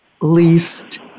least